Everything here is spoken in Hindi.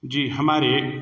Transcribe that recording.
जी हमारे